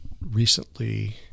recently